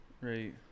Right